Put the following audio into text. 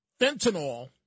Fentanyl